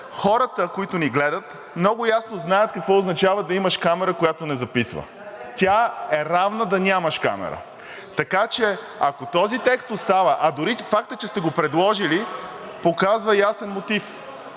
Хората, които ни гледат, много ясно знаят какво означава да имаш камера, която не записва. Тя е равна на това да нямаш камера. Така че, ако този текст остава, а дори фактът, че сте го предложили, показва ясен мотив.